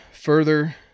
further